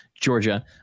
Georgia